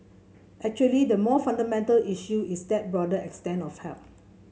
actually the more fundamental issue is that broader extent of help